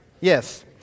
Yes